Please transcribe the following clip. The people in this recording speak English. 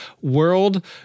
World